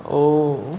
oh